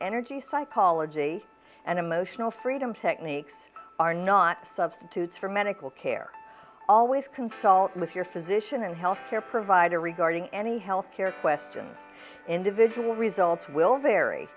energy psychology and emotional freedom techniques are not substitutes for medical care always consult with your physician and healthcare provider regarding any health care questions individual results will vary